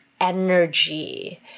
energy